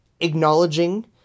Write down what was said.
acknowledging